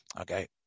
Okay